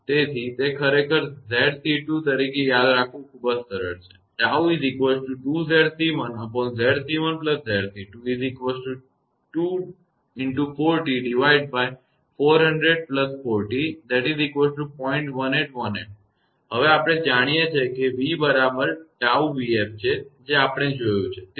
તેથી તે ખરેખર 𝑧𝑐2 તરીકે યાદ રાખવું ખૂબ જ સરળ છે હવે આપણે જાણીએ છીએ કે v બરાબર 𝜏𝑣𝑓 છે જે આપણે જોયું છે તેથી